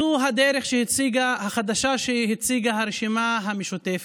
זו הדרך החדשה שהציגה הרשימה המשותפת.